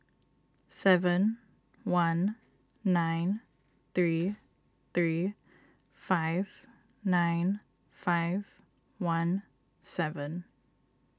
seven one nine three three five nine five one seven